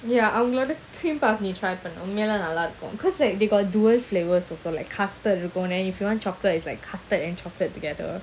ya அவங்களோட:avangaloda cream puff try பன்னுஉண்மையிலேயேநல்லாஇருக்கும்:pannu unmaylaye nalla irukum like cause like they got dual flavours also like custard இருக்கும்:irukum if you want chocolate is like custard and chocolate together